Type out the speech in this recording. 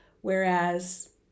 whereas